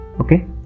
Okay